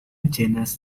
genus